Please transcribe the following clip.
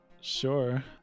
Sure